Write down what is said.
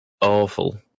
awful